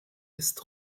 ist